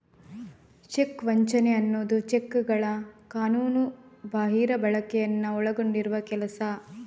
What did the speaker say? check ವಂಚನೆ ಅನ್ನುದು ಚೆಕ್ಗಳ ಕಾನೂನುಬಾಹಿರ ಬಳಕೆಯನ್ನ ಒಳಗೊಂಡಿರುವ ಕೆಲಸ